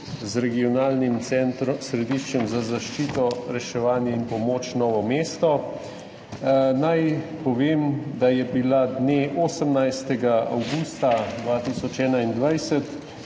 z regionalnim središčem za zaščito, reševanje in pomoč Novo mesto. Naj povem, da je bilo dne 18. avgusta 2021